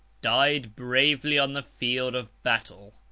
died bravely on the field of battle.